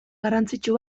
garrantzitsu